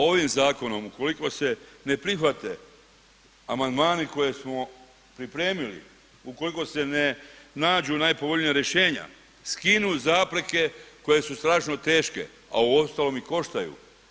Ovim zakonom ukoliko se ne prihvate amandmani koje smo pripremili, ukoliko se ne nađu najpovoljnija rješenja, skinu zapreke koje su strašno teške a uostalom i koštaju.